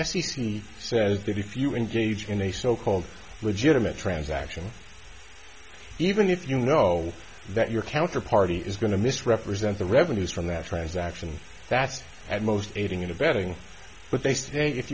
c says that if you engage in a so called legitimate transaction even if you know that your counterparty is going to misrepresent the revenues from that transaction that's at most aiding and abetting but they say if